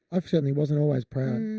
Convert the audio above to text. um certainly wasn't always proud.